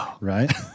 Right